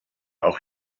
auch